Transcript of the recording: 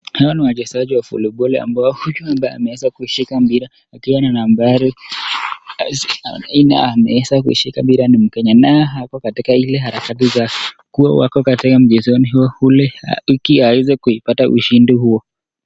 Hawa ni wachezaji wa voliboli ambao huyu ambaye ameweza kushika mpira akiwa na nambari kumi na nne ameweza kuishika mpira ni mkenya, na ako katika ile ile harakati ya kuwa wako katika mchezoni huo ule afike aweza kuupata ushindi huo.